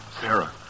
Sarah